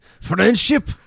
Friendship